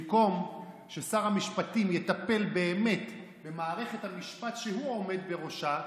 במקום ששר המשפטים יטפל באמת במערכת המשפט שהוא עומד בראשה,